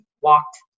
walked